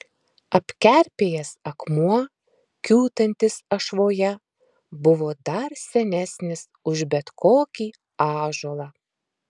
apkerpėjęs akmuo kiūtantis ašvoje buvo dar senesnis už bet kokį ąžuolą